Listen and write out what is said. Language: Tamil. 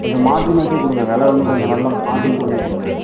கொஞ்சம் மார்ஜின் வைச்சே கொடுங்க விலை வந்து கொஞ்சம் நல்லா மார்ஜின் பண்ணியே கொடுங்க